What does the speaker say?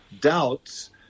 doubts